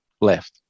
left